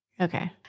Okay